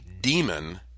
demon